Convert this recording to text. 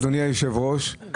אדוני היושב-ראש,